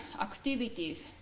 activities